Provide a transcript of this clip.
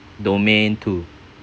domain two